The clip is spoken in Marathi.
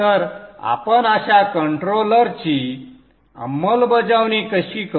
तर आपण अशा कंट्रोलरची अंमलबजावणी कशी करू